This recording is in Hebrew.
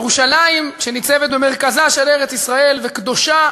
ירושלים שניצבת במרכזה של ארץ-ישראל וקדושה